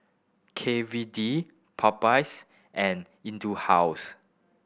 K V D Popeyes and House